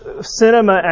cinema